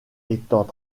étant